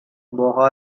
bohol